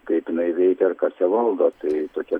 kaip jinai veikia ir kas ją valdo tai tokia